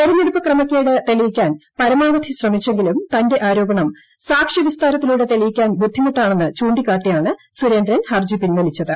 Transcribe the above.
തെരഞ്ഞെടുപ്പ് ക്രമക്കേട് തെളിയിക്കാൻ പരമാവധി ശ്രമിച്ചെങ്കിലും തന്റെ ആരോപണം സാക്ഷി വിസ്താരത്തിലൂടെ തെളിയിക്കാൻ ബുദ്ധിമുട്ടാണെന്നു ചൂണ്ടിക്കാട്ടിയാണ് സുരേന്ദ്രൻ ഹർജി പിൻവലിച്ചത്